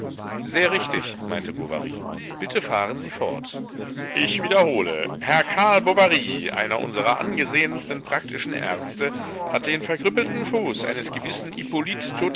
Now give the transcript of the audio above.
sehr richtig meinte bovary bitte fahren sie fort ich wiederhole herr karl bovary einer unserer angesehensten praktischen ärzte hat den verkrüppelten fuß eines gewissen